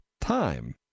time